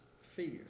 fear